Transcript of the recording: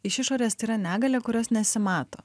iš išorės tai yra negalia kurios nesimato